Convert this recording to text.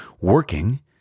working